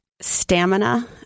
Stamina